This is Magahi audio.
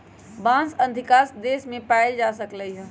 बांस अधिकांश देश मे पाएल जा सकलई ह